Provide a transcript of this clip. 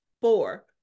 Four